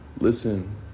listen